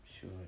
sure